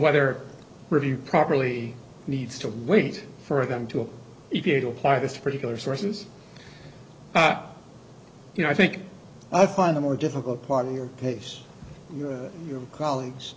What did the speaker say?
whether be properly needs to wait for them to e p a to apply this particular sources you know i think i find the more difficult part of your case your colleagues